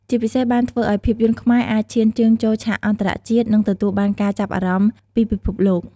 ជាពិសេសបានធ្វើឱ្យភាពយន្តខ្មែរអាចឈានជើងចូលឆាកអន្តរជាតិ និងទទួលបានការចាប់អារម្មណ៍ពីពិភពលោក។